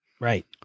Right